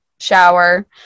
shower